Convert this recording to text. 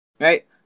right